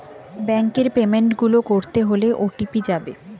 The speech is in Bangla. ব্যাংকের পেমেন্ট গুলো করতে হলে ও.টি.পি যাবে